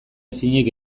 ezinik